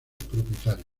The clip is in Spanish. propietario